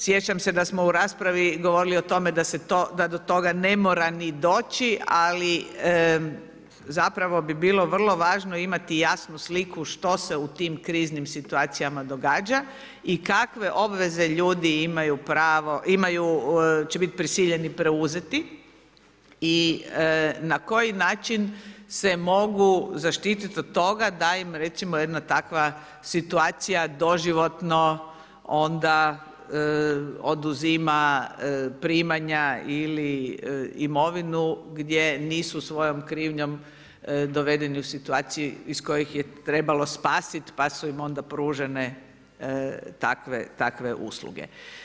Sjećam se da smo u raspravi govorili o tome da do toga ne mora ni doći ali zapravo bi bilo vrlo važno imati jasnu sliku što se u tim kriznim situacijama događa i kakve obveze ljudi imaju, će biti prisiljeni preuzeti i na koji način se mogu zaštiti od toga da im recimo jedna takva situacija doživotno onda oduzima primanja ili imovinu gdje nisu svojom krivnjom dovedeni u situacije iz kojih je trebalo spasiti pa su im onda pružene takve usluge.